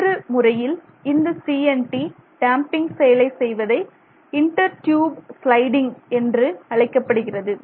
மற்றொரு முறையில் இந்த CNT டேம்பிங் செயலை செய்வதை இன்டர் டியூப் ஸ்லைடிங் என்றழைக்கப்படுகிறது